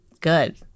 Good